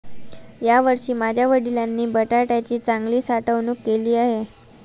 यावर्षी माझ्या वडिलांनी बटाट्याची चांगली साठवणूक केली आहे